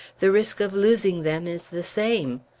the risk of losing them is the same.